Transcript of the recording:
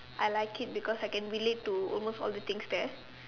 I like it because I can relate to almost all the things there